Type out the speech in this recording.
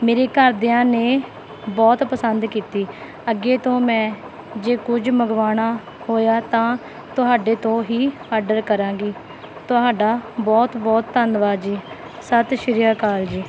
ਮੇਰੇ ਘਰਦਿਆਂ ਨੇ ਬਹੁਤ ਪਸੰਦ ਕੀਤੀ ਅੱਗੇ ਤੋਂ ਮੈਂ ਜੇ ਕੁਝ ਮੰਗਵਾਉਣਾ ਹੋਇਆ ਤਾਂ ਤੁਹਾਡੇ ਤੋਂ ਹੀ ਆਰਡਰ ਕਰਾਂਗੀ ਤੁਹਾਡਾ ਬਹੁਤ ਬਹੁਤ ਧੰਨਵਾਦ ਜੀ ਸਤਿ ਸ਼੍ਰੀ ਅਕਾਲ ਜੀ